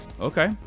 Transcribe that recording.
okay